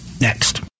next